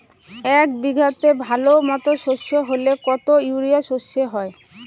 এক বিঘাতে ভালো মতো সর্ষে হলে কত ইউরিয়া সর্ষে হয়?